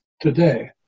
today